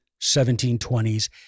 1720s